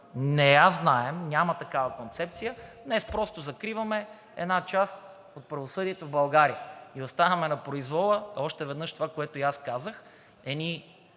не я знаем, няма такава концепция, а днес просто закриваме една част от правосъдието в България и оставяме на произвола още веднъж това, което и аз казах, едни